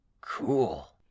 Cool